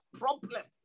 problem